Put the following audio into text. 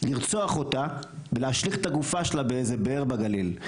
לרצוח אותה ולהשליך את הגופה שלה באיזה באר בגליל.